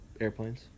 Airplanes